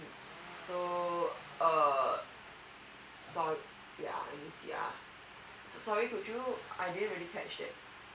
so uh yeah yeah sorry could you I didn't really catch it